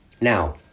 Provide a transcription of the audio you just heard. Now